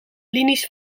linies